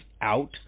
out